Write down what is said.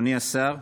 אדוני השר,